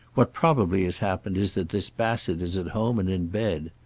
what probably has happened is that this bassett is at home and in bed.